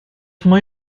mwy